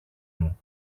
μου